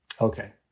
Okay